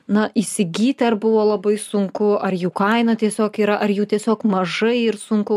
na įsigyti ar buvo labai sunku ar jų kaina tiesiog yra ar jų tiesiog mažai ir sunku